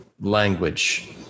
language